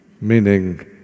meaning